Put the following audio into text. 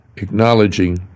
Acknowledging